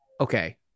okay